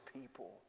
people